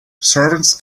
servants